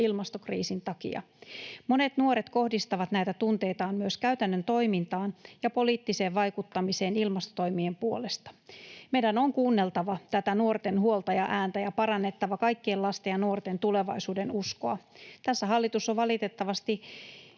ilmastokriisin takia. Monet nuoret kohdistavat näitä tunteitaan myös käytännön toimintaan ja poliittiseen vaikuttamiseen ilmastotoimien puolesta. Meidän on kuunneltava tätä nuorten huolta ja ääntä ja parannettava kaikkien lasten ja nuorten tulevaisuudenuskoa. Tässä hallitus on valitettavasti